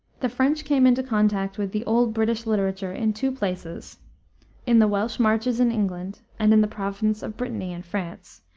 the french came into contact with the old british literature in two places in the welsh marches in england and in the province of brittany in france,